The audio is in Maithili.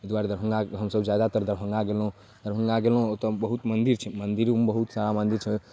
ओहि दुआरे दरभङ्गा हमसब जादातर दरभङ्गा गेलहुँ दरभङ्गा गेलहुँ ओतऽ बहुत मन्दिर छै मन्दिरमे बहुत सारा मन्दिर छै